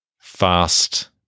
Fast